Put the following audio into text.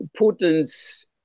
Putin's